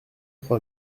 trois